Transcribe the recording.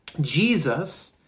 Jesus